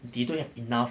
they don't have enough